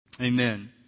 Amen